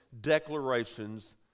declarations